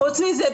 חוץ מזה,